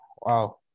Wow